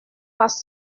pas